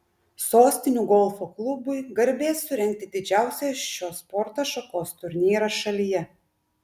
sostinių golfo klubui garbė surengti didžiausią šios sporto šakos turnyrą šalyje